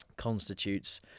constitutes